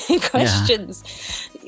questions